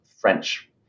French